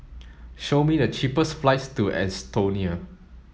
show me the cheapest flights to Estonia